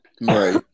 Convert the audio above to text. Right